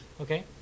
Okay